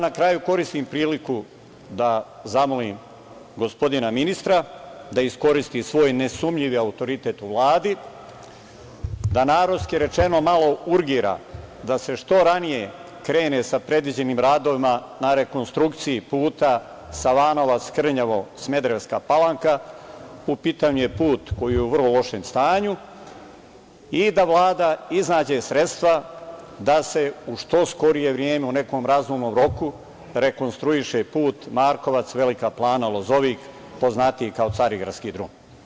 Na kraju, ja koristim priliku da zamolim gospodina ministra da iskoristi svoj nesumnjivi autoritet u Vladi da, narodski rečeno, malo urgira da se što ranije krene sa predviđenim radovima na rekonstrukciji puta Savanovac – Krnjevo – Smederevska Palanka, u pitanju je put koji je u vrlo loš stanju, i da Vlada iznađe sredstva da se u što skorije vreme, u nekom razumnom roku rekonstruiše put Markovac – Velika Plana – Lozovik, poznatiji kao Carigradski drum.